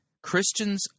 Christians